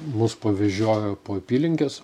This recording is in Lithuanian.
mus pavežiojo po apylinkes